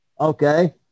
Okay